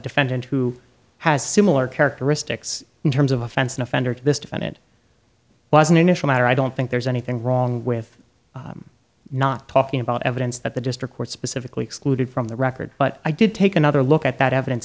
defendant who has similar characteristics in terms of offense an offender to this defendant was an initial matter i don't think there's anything wrong with not talking about evidence that the district court specifically excluded from the record but i did take another look at that evidence